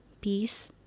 peace